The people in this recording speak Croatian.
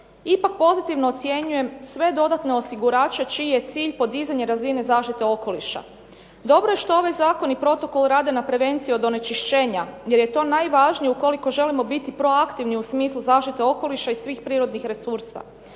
ipak pozitivno ocjenjujem sve dodatne osigurače čiji je cilj podizanje razine zaštite okoliša. Dobro je što ovaj zakon i protokol rade na prevenciji od onečišćenja, jer je to najvažnije ukoliko želimo biti proaktivni u smislu zaštite okoliša i svih prirodnih resursa.